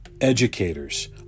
Educators